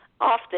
often